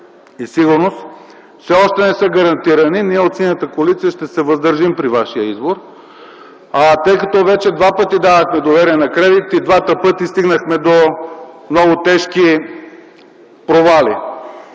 и сигурност, все още не са гарантирани. Затова ние от Синята коалиция ще се въздържим при Вашия избор, тъй като два пъти давахме доверие на кредит и двата пъти стигнахме до много тежки провали,